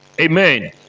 Amen